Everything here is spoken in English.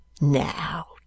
Now